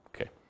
Okay